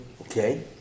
Okay